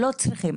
לא צריכים.